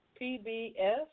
PBS